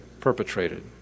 perpetrated